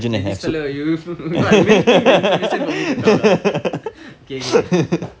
dey this fella you you [what] milking the information for me to talk ah okay okay